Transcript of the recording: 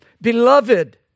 beloved